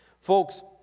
Folks